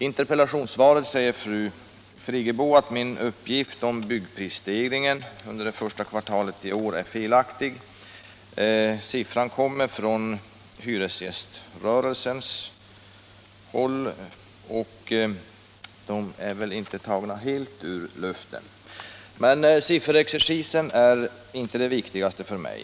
I interpellationssvaret säger fru Friggebo att min uppgift om byggprisstegringen under första kvartalet är felaktig. Siffran kommer från hyresgäströrelsens håll, och den är väl inte tagen helt ur luften. Men sifferexercisen är inte det viktigaste för mig.